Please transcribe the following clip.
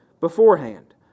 beforehand